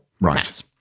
Right